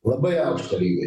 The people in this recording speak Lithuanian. labai aukštą lygį